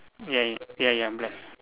ya ya ya ya black